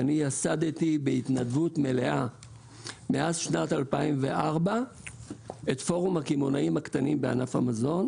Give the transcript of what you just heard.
אני ייסדתי בשנת 2004 את פורום הקמעונאים הקטנים בענף המזון,